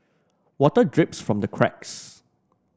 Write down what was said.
water drips from the cracks